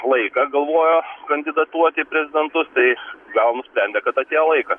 laiką galvojo kandidatuot į prezidentus tai gal nusprendė kad atėjo laikas